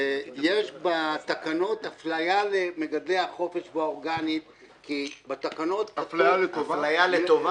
ויש בתקנות הפליה למגדלי החופש באורגני --- הפליה לטובה?